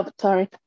Sorry